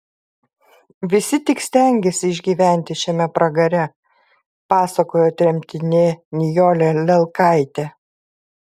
visi tik stengėsi išgyventi šiame pragare pasakojo tremtinė nijolė lelkaitė